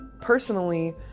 personally